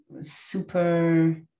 super